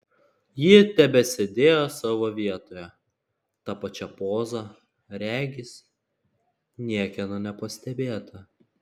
ji tebesėdėjo savo vietoje ta pačia poza regis niekieno nepastebėta